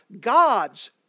God's